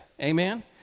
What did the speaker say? Amen